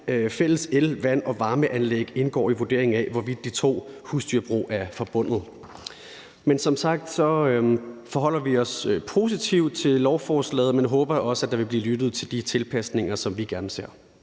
fælles el-, vand- og varmeanlæg indgår i vurderingen af, hvorvidt de to husdyrbrug er forbundet. Som sagt forholder vi os positivt til lovforslaget, men håber også, at der vil blive lyttet til de tilpasninger, som vi gerne ser.